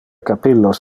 capillos